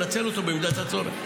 לנצל אותו במידת הצורך.